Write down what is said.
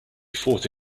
fought